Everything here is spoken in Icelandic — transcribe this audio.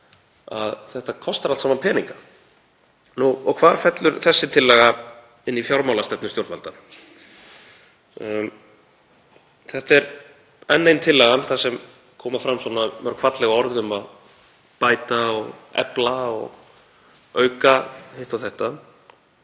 að þetta kostar allt saman peninga. Og hvar fellur þessi tillaga inn í fjármálastefnu stjórnvalda? Þetta er enn ein tillagan þar sem koma fram mörg falleg orð um að bæta og efla og auka hitt og þetta.